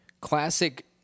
classic